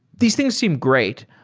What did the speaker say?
these things seem great.